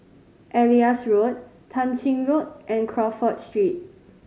Elias Road Tah Ching Road and Crawford Street